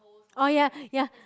oh ya ya